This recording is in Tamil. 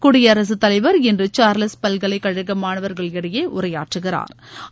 குடியரசுத்தலைவா் இன்று சாா்லஸ் பல்கலைக்கழக மாணாக்கரிடையே உரையாற்றுகிறாா்